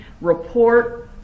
report